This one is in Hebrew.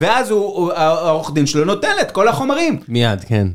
ואז הוא, העורך דין שלו נוטל את כל החומרים. - מיד, כן.